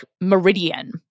meridian